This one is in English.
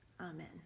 Amen